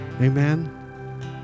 Amen